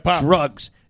drugs